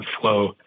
flow